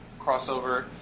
crossover